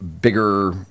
bigger